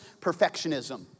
perfectionism